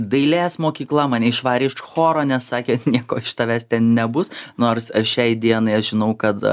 dailės mokykla mane išvarė iš choro nes sakė nieko iš tavęs nebus nors šiai dienai aš žinau kad